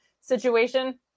situation